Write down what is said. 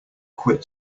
quit